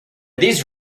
these